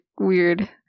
weird